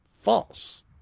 false